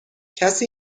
کسی